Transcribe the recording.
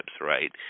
right